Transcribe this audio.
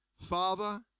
Father